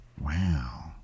Wow